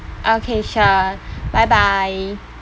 okay sure bye bye